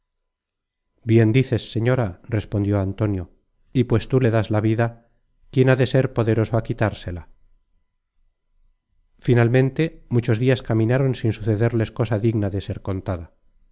bien dices señora respondió antonio y pues tú le das la vida quién ha de ser poderoso á quitársela finalmente muchos dias caminaron sin sucederles cosa digna de ser contada